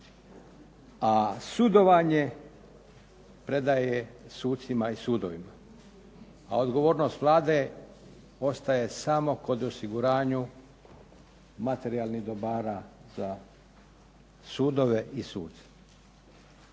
a sudovanje predaje sucima i sudovima. A odgovornost Vlade ostaje samo kod osiguranja materijalnih dobara za sudove i suce.